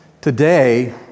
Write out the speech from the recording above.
today